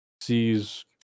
sees